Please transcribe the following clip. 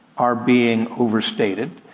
are being overstated.